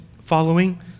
following